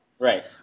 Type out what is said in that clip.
Right